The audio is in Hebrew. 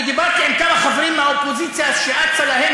אני דיברתי עם כמה חברים מהאופוזיציה שאצה להם